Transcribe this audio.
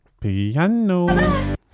Piano